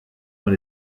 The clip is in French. dans